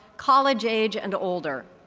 college age and older.